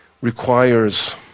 requires